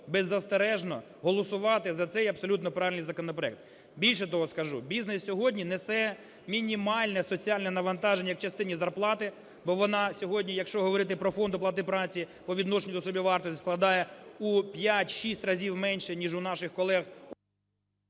беззастережно голосувати за цей, абсолютно правильний, законопроект. Більше того скажу, бізнес сьогодні несе мінімальне соціальне навантаження в частині зарплати, бо вона сьогодні, якщо говорити про Фонд оплати праці по відношенню до собівартості, складає у 5-6 разів менше, ніж у наших колег...